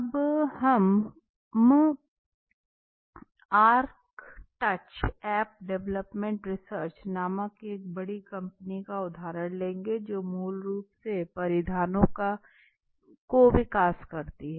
अब हम ArcTouch app विकास अनुसंधान नामक एक बड़ी कंपनी का उदहारण लेंगे जो मूल रूप से परिधानों का विकास करती है